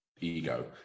ego